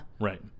Right